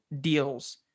deals